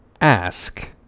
Ask